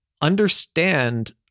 understand